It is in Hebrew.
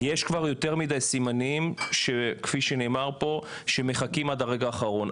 יש כבר יותר מידי סימנים כפי שנאמר פה שמחכים עד הרגע האחרון,